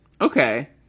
Okay